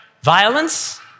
violence